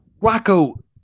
Rocco